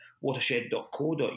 watershed.co.uk